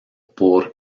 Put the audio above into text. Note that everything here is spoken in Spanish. por